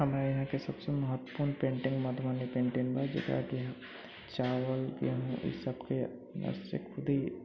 हमर यहाँके सबसँ महत्वपूर्ण पेंटिंग मधुबनी पेंटिंगमे जकरा की चावल गेंहूँ ई सबके ब्रशसँ खुद ही